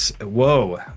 Whoa